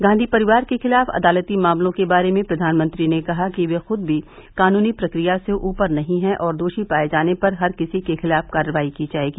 गांधी परिवार के खिलाफ अदालती मामलों के बारे में प्रधानमंत्री ने कहा कि वे खद भी कानूनी प्रक्रिया से ऊपर नहीं है और दोषी पाए जाने पर हर किसी के खिलाफ कार्रवाई की जाएगी